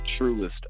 truest